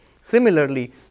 Similarly